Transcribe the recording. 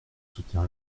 soutenir